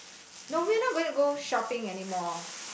no we are not going to go shopping anymore